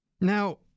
Now